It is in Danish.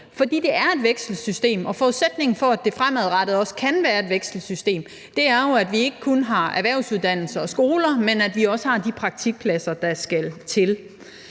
For det er et vekselsystem, og forudsætningen for, at det fremadrettet også kan være et vekselsystem, er jo, at vi ikke kun har erhvervsuddannelser og skoler, men at vi også har de praktikpladser, der skal til.